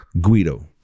Guido